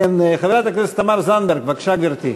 חברת הכנסת תמר זנדברג, בבקשה, גברתי.